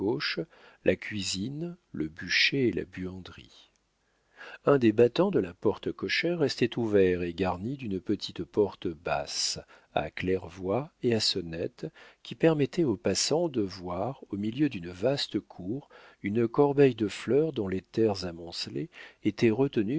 la cuisine le bûcher et la buanderie un des battants de la porte cochère restait ouvert et garni d'une petite porte basse à claire-voie et à sonnette qui permettait aux passants de voir au milieu d'une vaste cour une corbeille de fleurs dont les terres amoncelées étaient retenues